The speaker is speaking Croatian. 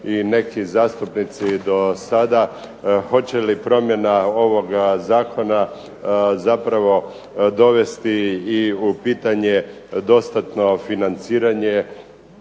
i neki zastupnici do sada, hoće li promjena ovoga zakona zapravo dovesti i u pitanje dostatno financiranje